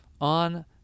on